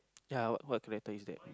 ya what what letter is that